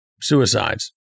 suicides